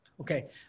Okay